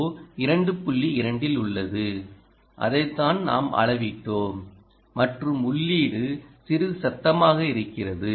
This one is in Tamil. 2 இல் உள்ளது அதைத்தான் நாம் அளவிட்டோம் மற்றும் உள்ளீடு சிறிது சத்தமாக இருக்கிறது